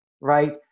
right